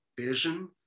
vision